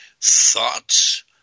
thoughts